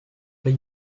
pas